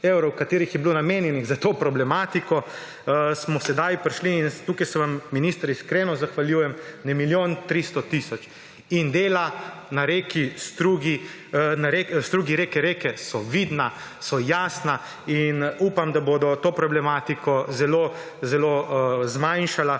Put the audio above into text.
evrov, katerih je bilo namenjenih za to problematiko, smo sedaj prišli ‒ in tukaj se vam, minister, iskreno zahvaljujem ‒ na milijon 300 tisoč. In dela na strugi reke Reke so vidna, so jasna in upam, da bodo to problematiko zelo zelo zmanjšala,